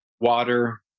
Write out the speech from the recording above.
water